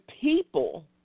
people